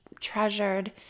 treasured